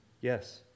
Yes